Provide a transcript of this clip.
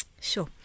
Sure